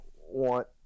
want